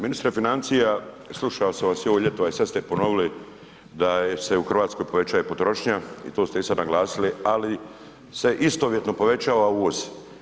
Ministre financija, slušao sam vas i ovo ljeto a i sad ste ponovili da se u Hrvatskoj povećava potrošnja i to ste i sada naglasili ali se istovjetno povećava uvoz.